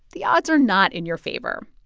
the odds are not in your favor.